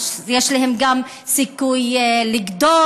אז יש להם גם סיכוי לגדול,